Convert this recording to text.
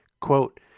quote